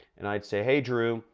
and i'd say, hey, drew.